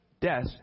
Death